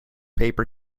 paper